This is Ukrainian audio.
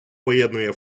поєднує